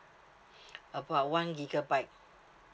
about one gigabyte